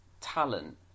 talent